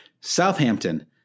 Southampton